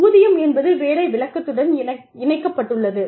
ஊதியம் என்பது வேலை விளக்கத்துடன் இணைக்கப்பட்டுள்ளது